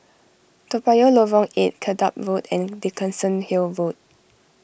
Toa Payoh Lorong eight Dedap Road and Dickenson Hill Road